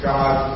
God